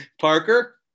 Parker